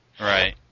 Right